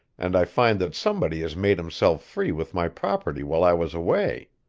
and i find that somebody has made himself free with my property while i was away.